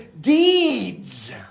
deeds